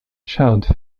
shout